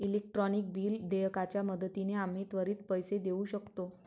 electronic bill देयकाच्या मदतीने आम्ही त्वरित पैसे देऊ शकतो